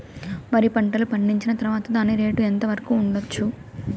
వరి పంటలు పండించిన తర్వాత దాని రేటు ఎంత వరకు ఉండచ్చు